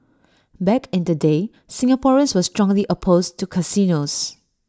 back in the day Singaporeans were strongly opposed to casinos